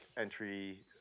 entry